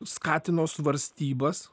skatino svarstybas